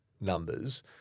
numbers